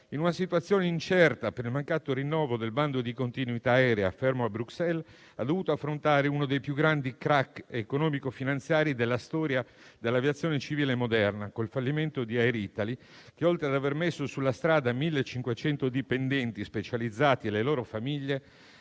in una situazione incerta per il mancato rinnovo del bando di continuità aerea fermo a Bruxelles, ha dovuto affrontare uno dei più grandi *crack* economico-finanziari della storia dell'aviazione civile moderna con il fallimento di Air Italy che, oltre ad aver messo sulla strada 1.500 dipendenti specializzati e le loro famiglie,